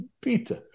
Peter